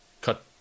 cut